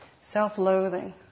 self-loathing